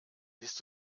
bist